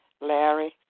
Larry